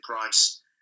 price